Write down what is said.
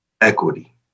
equity